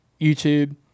YouTube